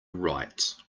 right